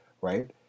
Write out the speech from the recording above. Right